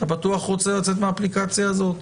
בטוח רוצה לצאת מהאפליקציה הזו?